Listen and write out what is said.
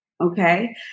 okay